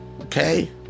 okay